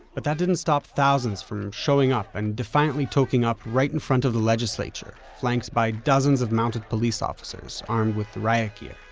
but that didn't stop thousands from showing up and defiantly toking up right in front of the legislature, flanked by dozens of mounted police officers armed with riot gear